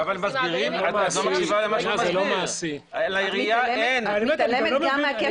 את מתעלמת גם מכשל השוק הזה.